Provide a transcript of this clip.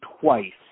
twice